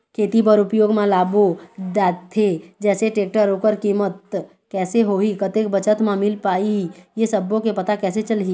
खेती बर उपयोग मा लाबो जाथे जैसे टेक्टर ओकर कीमत कैसे होही कतेक बचत मा मिल पाही ये सब्बो के पता कैसे चलही?